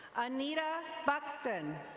anita buxton.